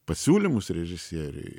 pasiūlymus režisieriui